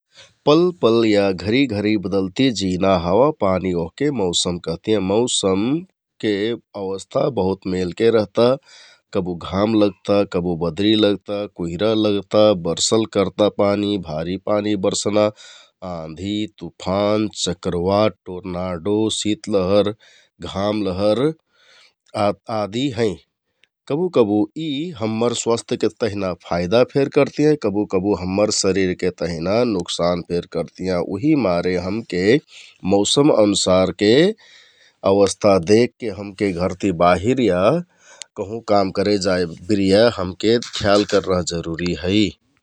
पलपल या घरिघरि बदलति जिना हावापानी ओहके मौसम कहतियाँ । मौसमके अवस्था बहुत मेलके रहता कबु घाम लगता, कबु बदरि लगता, कुहिरा लगता, बरसल करता, पानीभारि बरसना, आँधि, तुफान, चकरवार्ड, चिनाडो, सितलहर, घाम लहर आदि हैं । कबु कबु यि हम्मर स्वास्थके तेहना फाइदाफेर करतियाँ, कबु कबु हम्मर शरिरके तेहना नोक्शान फेर करतियाँ । उहिमारे हमके मौसम अनुसारके अवस्था देखके हमके घरति बाहिर या कहुँ काम करे जाइ बिरिया हमके ख्याक करना जरुरि है ।